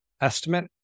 estimate